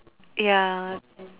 ya